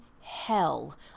hell